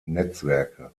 netzwerke